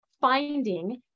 finding